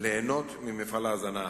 ליהנות ממפעל ההזנה.